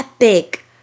epic